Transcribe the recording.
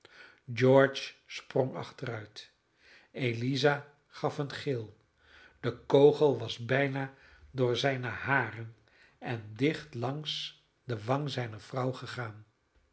george sprong achteruit eliza gaf een gil de kogel was bijna door zijne haren en dicht langs de wang zijner vrouw gegaan